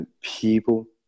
people